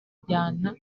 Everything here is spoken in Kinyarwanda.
kujyana